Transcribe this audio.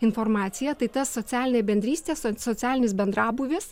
informaciją tai ta socialinė bendrystė so socialinis bendrabūvis